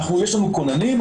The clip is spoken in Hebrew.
יש לנו כוננים,